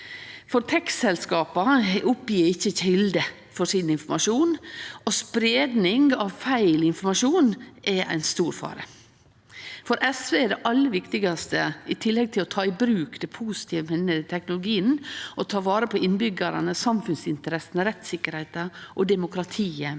Tek-selskapa oppgjev ikkje kjelder for sin informasjon, og spreiing av feilinformasjon er ein stor fare. For SV er det aller viktigaste – i tillegg til å ta i bruk det positive ved denne teknologien – å ta vare på innbyggjarane, samfunnsinteressene, rettssikkerheita og demokratiet med